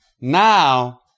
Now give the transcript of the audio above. now